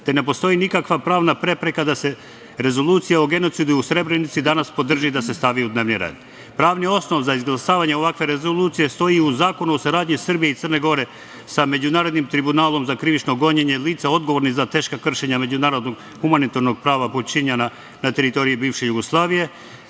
te ne postoji nikakva pravna prepreka da se rezolucija o genocidu u Srebrenici danas podrži i da se stavi u dnevni red. Pravni osnov za izglasavanje ovakve rezolucije stoji u Zakonu o saradnji Srbije i Crne Gore sa Međunarodnim tribunalom za krivično gonjenje lica odgovornih za teška kršenja međunarodnog humanitarnog prava počinjena na teritoriji bivše Jugoslavije,